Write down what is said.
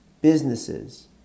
Businesses